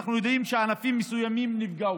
אנחנו יודעים שענפים מסוימים נפגעו.